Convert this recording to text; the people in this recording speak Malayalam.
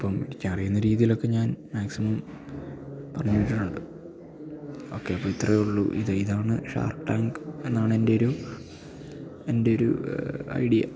അപ്പം എനിക്കറിയുന്ന രീതീലൊക്കെ ഞാൻ മാക്സിമം പറഞ്ഞ് വിട്ടിട്ടൊണ്ട് ഓക്കെ അപ്പയിത്രേവൊള്ളു ഇത് ഇതാണ് ഷാർകെ ടാങ്ക് എന്നാണെൻറ്റെയൊരു എൻറ്റൊരു ഐഡ്യ